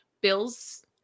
bill's